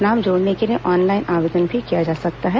नाम जोड़ने के लिए ऑनलाइन आवेदन भी किया जा सकता है